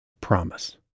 Promise